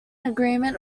agreement